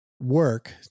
work